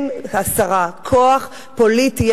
כן, השרה, כוח פוליטי.